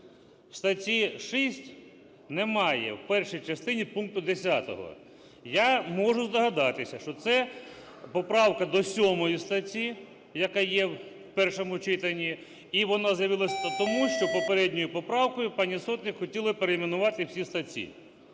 статті 6 немає в першій частині пункту 10. Я можу здогадатися, що це поправка до 7 статті, яка є в першому читанні, і вона з'явилась тому, що попередньою поправкою пані Сотник хотіла перейменувати всі статті.